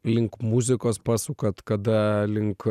link muzikos pasukat kada link